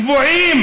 צבועים.